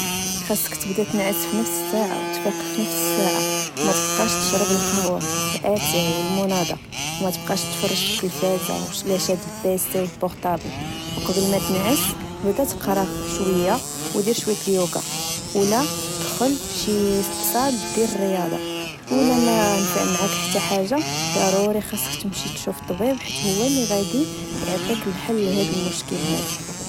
خاصك تبدا تنعس في نفس الساعة وتفيق في نفس الساعة، ومتبقاش تشرب القهوة وأتاي والمونضة، ومتبقاش تفرج في التلفزة ولا شاد لپيسي و البورتابل. ‏‎وقبل ماتنعس بدا تقرى شويا ودي شويت اليوچا. أولا دخل شي صال دير الرياضة أولا ما نفعك معاك حتى حاجة ضروري خاصك تمشي تشوف طبيب حيت هو لغدي يعطيك الحل لهاد المشكل هدا